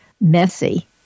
Messy